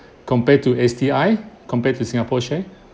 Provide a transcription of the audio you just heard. compared to S_T_I compared to singapore share